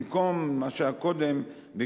במקום מה שהיה קודם,